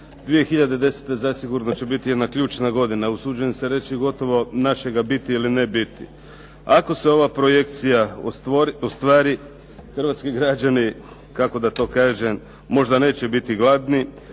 2010. zasigurno će biti jedna ključna godina. Usuđujem se reći našega biti ili ne biti. Ako se ova projekcija ostvari, hrvatski građani kako da to kažem, možda neće biti gladni.